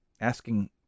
asking